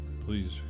please